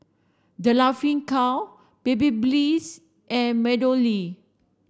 The Laughing Cow and MeadowLea